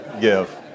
give